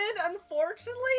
unfortunately